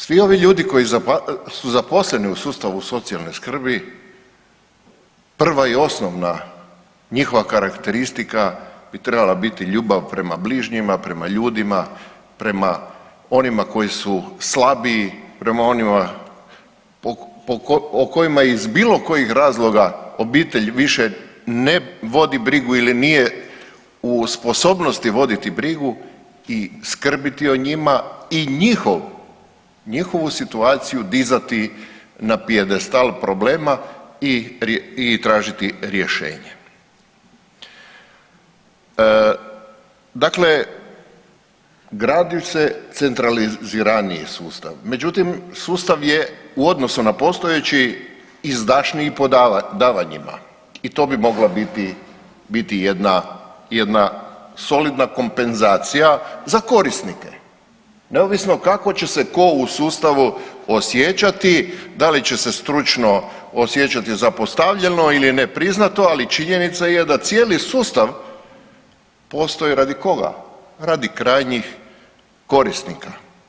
Dakle, svi ovi ljudi koji su zaposleni u sustavu socijalne skrbi prva i osnovna njihova karakteristika bi trebala biti ljubav prema bližnjima, prema ljudima, prema onima koji su slabiji, prema onima o kojima iz bilo kojih razloga obitelj više ne vodi brigu ili nije u sposobnosti voditi brigu i skrbiti o njima i njihovu situaciju dizati na pijedestal problema i tražiti rješenje, dakle, gradi se centraliziraniji sustav, međutim sustav je u odnosu na postojeći izdašniji po davanjima i to bi mogla biti, biti jedna, jedna solidna kompenzacija za korisnike neovisno kako će se tko u sustavu osjećati da li će se stručno osjećati zapostavljeno ili nepriznato, ali činjenica je da cijeli sustav postoji radi koga, radi krajnjih korisnika.